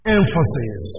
emphasis